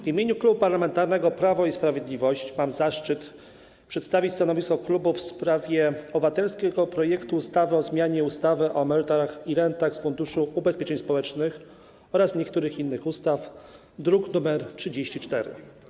W imieniu Klubu Parlamentarnego Prawo i Sprawiedliwość mam zaszczyt przedstawić stanowisko klubu w sprawie obywatelskiego projektu ustawy o zmianie ustawy o emeryturach i rentach z Funduszu Ubezpieczeń Społecznych oraz niektórych innych ustaw, druk nr 34.